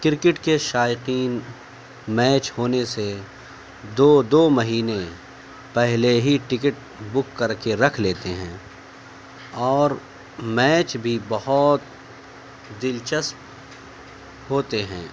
cricket کے شائقین match ہونے سے دو دو مہینے پہلے ہی ٹکٹ بک کر کے رکھ لیتے ہیں اور میچ بھی بہت دلچسپ ہوتے ہیں